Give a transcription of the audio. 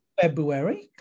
February